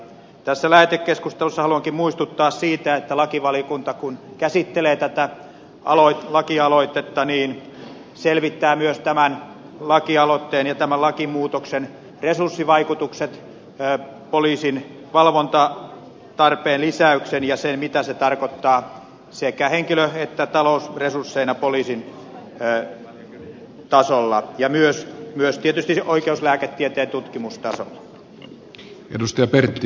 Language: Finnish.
tässä lähetekeskustelussa haluankin muistuttaa siitä kun lakivaliokunta käsittelee tätä lakialoitetta että se selvittää myös tämän lakialoitteen ja tämän lakimuutoksen resurssivaikutukset poliisin valvontatarpeen lisäyksen ja sen mitä se tarkoittaa sekä henkilö että talousresursseina poliisin tasolla ja myös tietysti oikeuslääketieteen tutkimustasolla